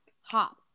hop